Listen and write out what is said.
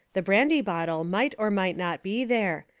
the brandy bottle might or might not be there,